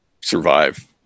survive